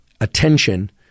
attention